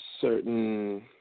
certain